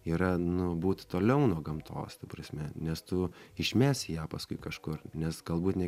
yra nu būt toliau nuo gamtos ta prasme nes tu išmesi ją paskui kažkur nes galbūt ne